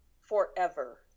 forever